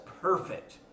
perfect